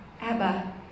Abba